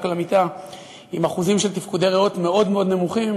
למיטה עם אחוזים של תפקודי ריאות מאוד נמוכים.